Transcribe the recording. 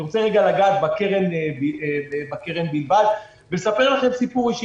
אני רוצה רגע לגעת בקרן בלבד ולספר לכם סיפור אישי.